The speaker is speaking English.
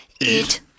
eat